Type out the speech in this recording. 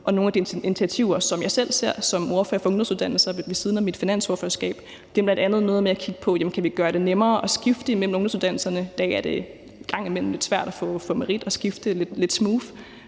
Og nogle af de initiativer, som jeg selv ser som ordfører for ungdomsuddannelser ved siden af mit finansordførerskab, er bl.a. noget med at kigge på, om vi kan gøre det nemmere at skifte mellem ungdomsuddannelserne. I dag er det engang imellem lidt svært at få meritoverførsel og skifte lidt smooth.